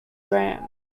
grams